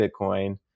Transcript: Bitcoin